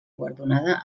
guardonada